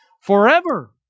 forever